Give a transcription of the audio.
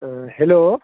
hello